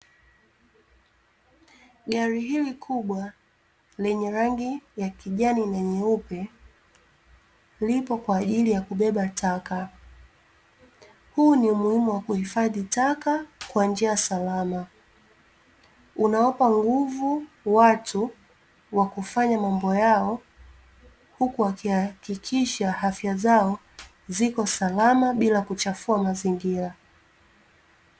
Gari hili kubwa lenye rangi ya kijani na nyeupe lipo kwa ajili ya kubeba taka, huu ni umuhimu wa kuhifadhi taka kwa njia salama unawapa nguvu watu wa kufanya mambo yao huku wakihakikisha afya zao ziko salama bila kuchafua mazingira.